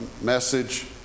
message